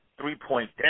three-point